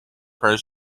per